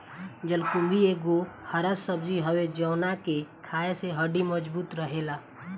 जलकुम्भी एगो हरा सब्जी हवे जवना के खाए से हड्डी मबजूत रहेला